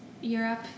Europe